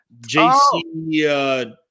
JC